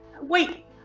Wait